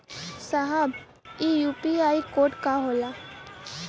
साहब इ UPI code का होला?